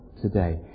today